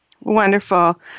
Wonderful